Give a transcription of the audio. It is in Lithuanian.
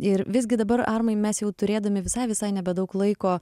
ir visgi dabar armai mes jau turėdami visai visai nebedaug laiko